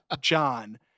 John